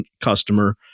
customer